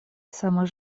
самый